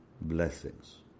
blessings